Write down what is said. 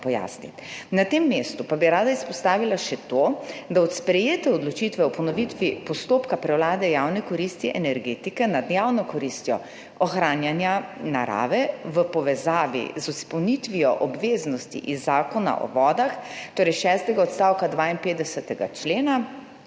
Na tem mestu pa bi rada izpostavila še to, da od sprejete odločitve o ponovitvi postopka prevlade javne koristi energetike nad javno koristjo ohranjanja narave v povezavi z izpolnitvijo obveznosti iz Zakona o vodah, torej šestega odstavka 52. člena,